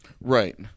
Right